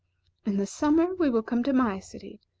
in the summer, we will come to my city,